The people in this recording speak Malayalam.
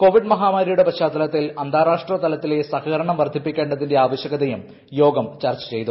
കോവിഡ് മഹാമാരിയുടെ പശ്ചാത്തലത്തിൽ അന്താരാഷ്ട്ര തലത്തിലെ സഹകരണം വർദ്ധിപ്പിക്കേണ്ടതിന്റെ ആവശ്യകതയും യോഗം ചർച്ച ചെയ്തു